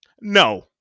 No